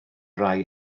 rai